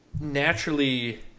naturally